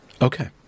Okay